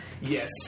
yes